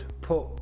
put